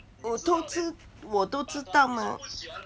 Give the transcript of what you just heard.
我偷吃我都知道嘛